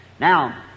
Now